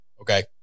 Okay